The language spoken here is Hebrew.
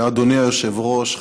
אדוני היושב-ראש,